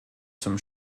zum